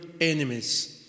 enemies